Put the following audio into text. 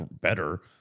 better